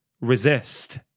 resist